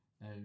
No